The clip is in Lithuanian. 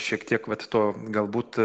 šiek tiek vat to galbūt